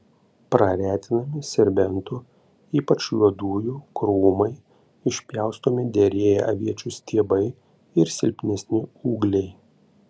praretinami serbentų ypač juodųjų krūmai išpjaustomi derėję aviečių stiebai ir silpnesni ūgliai